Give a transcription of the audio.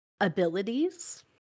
abilities